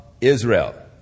Israel